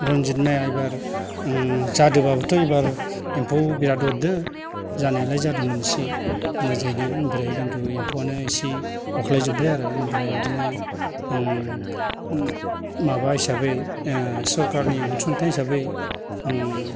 रनजित माइआ ओइबार ओम जादोब्लाबोथ' ओइबार एम्फौ बिराद अरदो जानायालाय जादोंमोन एसे मोजाङैनो ओमफ्राय खिन्थु एम्फौआनो एसे अख्लायजोब्बाय आरो ओमफ्राय इदिनो एसे ओम माबा हिसाबै ओं सरखारनि अनसुंथाइ हिसाबै ओम